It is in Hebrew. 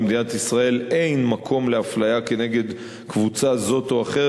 במדינת ישראל אין מקום לאפליה כנגד קבוצה זאת או אחרת,